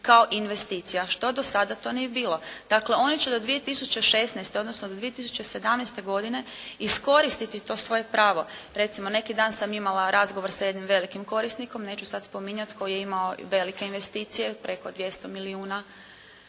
kao investicija. Što do sada to nije bilo. Dakle oni će do 2016. odnosno do 2017. godine iskoristiti to svoje pravo. Recimo neki dan sam imala razgovor sa jednim velikim korisnikom, neću sad spominjati, koji je imao velike investicije preko 200 milijuna